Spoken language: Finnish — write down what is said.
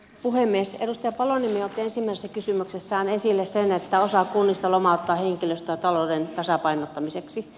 edustaja paloniemi otti ensimmäisessä kysymyksessään esille sen että osa kunnista lomauttaa henkilöstöä talouden tasapainottamiseksi